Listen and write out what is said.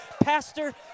Pastor